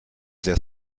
sehr